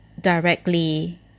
directly